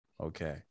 Okay